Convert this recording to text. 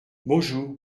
bonjou